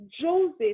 Joseph